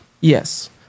Yes